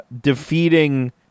defeating